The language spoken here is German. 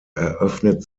eröffnet